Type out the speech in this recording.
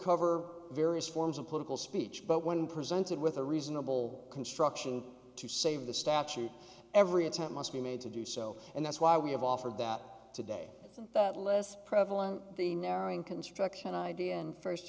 cover various forms of political speech but when presented with a reasonable construction to save the statute every attempt must be made to do so and that's why we have offered that today that less prevalent the narrowing construction idea in first